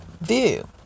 view